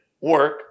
work